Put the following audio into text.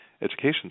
education